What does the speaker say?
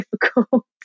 difficult